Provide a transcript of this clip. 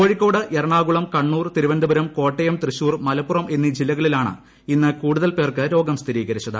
കോഴിക്കോട് എറണാകുളം കണ്ണൂർ തിരുവനന്തപുരം കോട്ടയം തൃശൂർ മലപ്പുറം എന്നീ ജില്ലകളിലാണ് ഇന്ന് കൂടുതൽ പേർക്ക് രോഗം സ്ഥിരീകരിച്ചത്